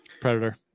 predator